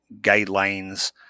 guidelines